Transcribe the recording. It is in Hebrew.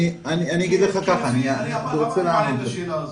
למה אני מעלה את השאלה הזאת?